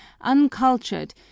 uncultured